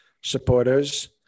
supporters